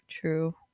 True